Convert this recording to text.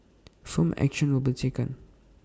firm action will be taken